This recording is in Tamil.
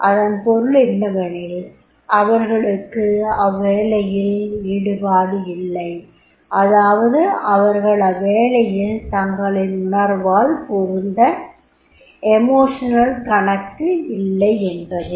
அதன் பொருள் என்னவெனில் அவர்களுக்கு அவ்வேலையில் ஈடுபாடில்லை அதாவது அவர்கள் அவ்வேலையில் தங்களின் உணர்வால் பொருந்த வில்லை என்பதே